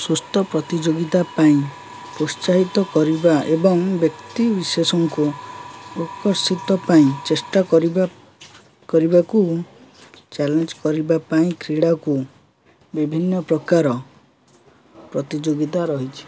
ସୁସ୍ଥ ପ୍ରତିଯୋଗିତା ପାଇଁ ପ୍ରୋତ୍ସାହିତ କରିବା ଏବଂ ବ୍ୟକ୍ତି ବିଶେଷଙ୍କୁ ପ୍ରକର୍ଷିତ ପାଇଁ ଚେଷ୍ଟା କରିବା କରିବାକୁ ଚ୍ୟାଲେଞ୍ଜ୍ କରିବା ପାଇଁ କ୍ରୀଡ଼ାକୁ ବିଭିନ୍ନ ପ୍ରକାର ପ୍ରତିଯୋଗିତା ରହିଛି